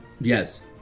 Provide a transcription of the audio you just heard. Yes